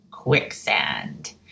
quicksand